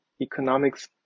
economics